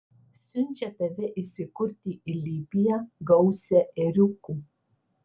siunčia tave įsikurti į libiją gausią ėriukų